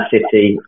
City